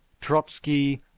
Trotsky